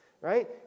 right